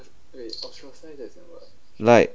like